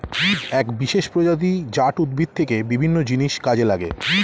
এক বিশেষ প্রজাতি জাট উদ্ভিদ থেকে বিভিন্ন জিনিস কাজে লাগে